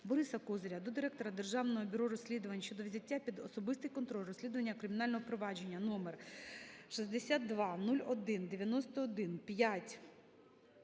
Бориса Козиря до Директора Державного бюро розслідувань щодо взяття під особистий контроль розслідування кримінального провадження №62019150000000077